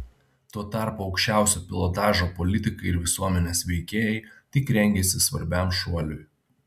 tuo tarpu aukščiausio pilotažo politikai ir visuomenės veikėjai tik rengiasi svarbiam šuoliui